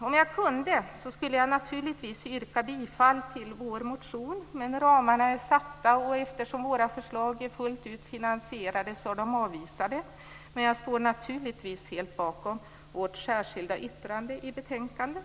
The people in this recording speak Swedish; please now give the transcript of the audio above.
Om jag kunde skulle jag naturligtvis yrka bifall till vår motion. Men ramarna är satta och eftersom våra förslag är fullt ut finansierade är de avvisade. Men jag står naturligtvis helt bakom vårt särskilda yttrande i betänkandet.